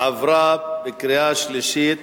עברה בקריאה שלישית